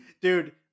Dude